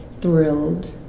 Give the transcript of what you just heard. thrilled